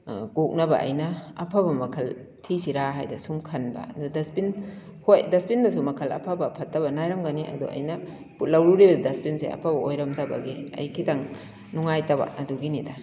ꯀꯣꯛꯅꯕ ꯑꯩꯅ ꯑꯐꯕ ꯃꯈꯜ ꯊꯤꯁꯤꯔꯥ ꯍꯥꯏꯗꯅ ꯁꯨꯝ ꯈꯟꯕ ꯑꯗꯨ ꯗꯁꯕꯤꯟ ꯍꯣꯏ ꯗꯁꯕꯤꯟꯗꯁꯨ ꯃꯈꯜ ꯑꯐꯕ ꯐꯠꯇꯕ ꯅꯥꯏꯔꯝꯒꯅꯤ ꯑꯗꯣ ꯑꯩꯅ ꯂꯧꯔꯨꯔꯤꯕ ꯗꯁꯕꯤꯟꯁꯦ ꯑꯐꯕ ꯑꯣꯏꯔꯃꯗꯕꯒꯤ ꯑꯩ ꯈꯤꯇꯪ ꯅꯨꯡꯉꯥꯏꯇꯕ ꯑꯗꯨꯒꯤꯅꯤꯗ